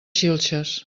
xilxes